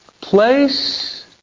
Place